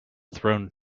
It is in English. thrown